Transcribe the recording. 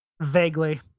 Vaguely